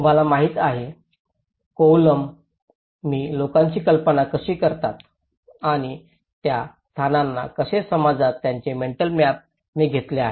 तुम्हाला माहिती आहे कोवलम मी लोकांची कल्पना कशी करतात आणि त्या स्थानांना कसे समजतात याचे मेंटल मॅप मी घेतले आहेत